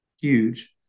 huge